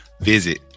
visit